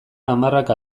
hamarrak